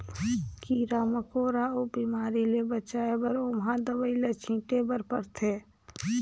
कीरा मकोरा अउ बेमारी ले बचाए बर ओमहा दवई ल छिटे बर परथे